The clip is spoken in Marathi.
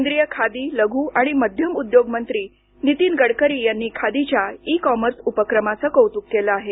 केंद्रीय खादी लघु आणि मध्यम उद्योगमंत्री नीतीन गडकरी यांनी खादीच्या ई कॉमर्स उपक्रमाचे कौतुक केलं आहे